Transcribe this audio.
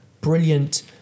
brilliant